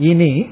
Ini